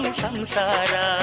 Samsara